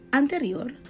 anterior